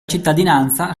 cittadinanza